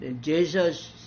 Jesus